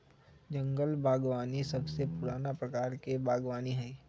जंगल बागवानी सबसे पुराना प्रकार के बागवानी हई